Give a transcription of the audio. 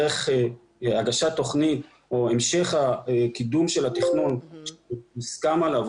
דרך הגשת תוכנית או המשך קידום התכנון שהוסכם עליו,